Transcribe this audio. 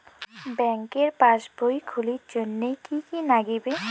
ব্যাঙ্কের পাসবই খুলির জন্যে কি কি নাগিবে?